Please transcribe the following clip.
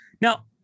now